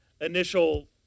initial